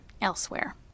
elsewhere